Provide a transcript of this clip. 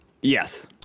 Yes